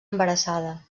embarassada